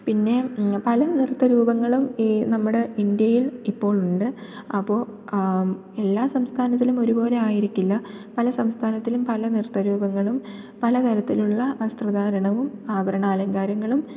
പിന്നെ പല നൃത്ത രൂപങ്ങളും ഈ നമ്മുടെ ഇൻഡ്യയിൽ ഇപ്പോൾ ഉണ്ട് അപ്പോള് എല്ലാ സംസ്ഥാനത്തിലും ഒരു പോലെ ആയിരിക്കില്ല പല സംസ്ഥാനത്തിലും പല നൃത്ത രൂപങ്ങളും പലതരത്തിലുള്ള വസ്ത്രധാരണവും ആഭരണ അലങ്കാരങ്ങളും